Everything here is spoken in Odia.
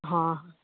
ହଁ